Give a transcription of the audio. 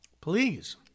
please